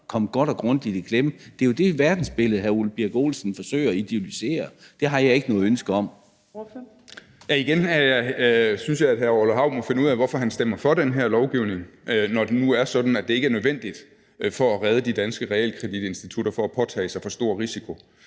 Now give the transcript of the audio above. kom godt og grundigt i klemme. Det er jo det verdensbillede, hr. Ole Birk Olesen forsøger at idyllisere. Det har jeg ikke noget ønske om. Kl. 14:45 Fjerde næstformand (Trine Torp): Ordføreren. Kl. 14:45 Ole Birk Olesen (LA): Igen synes jeg, at hr. Orla Hav må finde ud af, hvorfor han stemmer for den her lovgivning, når det nu er sådan, at det ikke er nødvendigt at redde de danske realkreditinstitutter fra at påtage sig for stor en risiko.